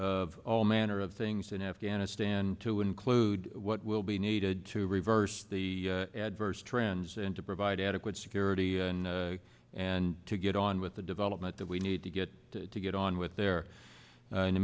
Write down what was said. of all manner of things in afghanistan to include what will be needed to reverse the adverse trends and to provide adequate security and to get on with the development that we need to get to get on with there in the